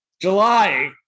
July